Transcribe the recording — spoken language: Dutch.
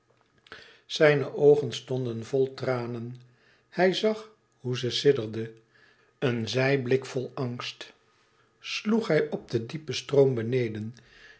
zijne oogen stonden vol tranen hij zag hoe ze sidderde een zijblik vol angst sloeg hij op den diepen stroom beneden